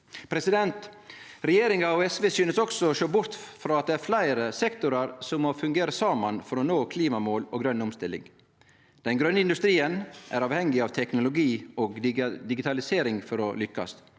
økonomien. Regjeringa og SV synest også å sjå bort frå at det er fleire sektorar som må fungere saman for å nå klimamål og grøn omstilling. Den grøne industrien er avhengig av teknologi og digitalisering for å lykkast,